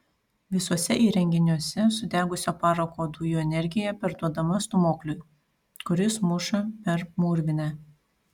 visuose įrenginiuose sudegusio parako dujų energija perduodama stūmokliui kuris muša per mūrvinę